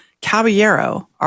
Caballero